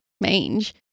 mange